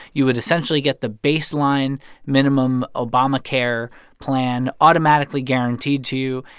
you would essentially get the baseline minimum obamacare plan automatically guaranteed to